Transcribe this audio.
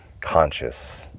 conscious